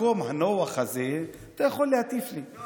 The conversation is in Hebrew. מהמקום הנוח הזה אתה יכול להטיף לי.